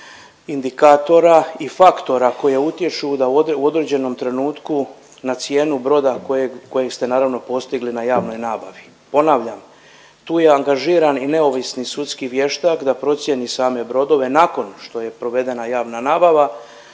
indikatora i faktora koji utječu da u određenom trenutku na cijenu broda kojeg ste naravno postigli na javnoj nabavi. Ponavljam tu je angažiran i neovisni sudski vještak da procijeni same brodove nakon što je provedena javna nabava,